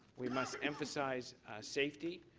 we must emphasize safety.